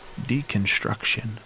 deconstruction